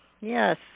yes